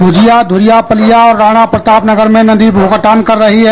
भूजिया धूरिया पलिया और राणाप्रतापनगर में नदी भूकटान कर रही है